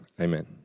Amen